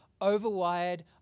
overwired